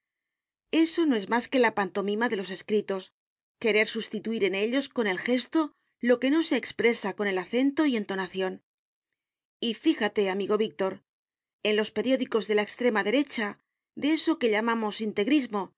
eso no es más que la pantomima de los escritos querer sustituir en ellos con el gesto lo que no se expresa con el acento y entonación y fíjate amigo víctor en los periódicos de la extrema derecha de eso que llamamos integrismo y